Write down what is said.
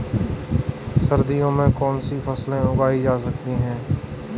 सर्दियों में कौनसी फसलें उगाई जा सकती हैं?